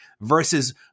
versus